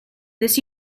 this